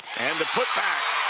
and the putback,